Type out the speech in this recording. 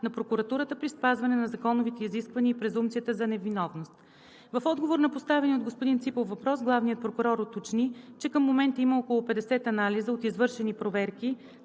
на прокуратурата при спазване на законовите изисквания и презумпцията за невиновност. В отговор на поставения от господин Ципов въпрос главният прокурор уточни, че към момента има около 50 анализа от извършени проверки